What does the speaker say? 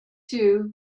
two